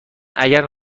اگر